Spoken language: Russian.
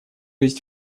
есть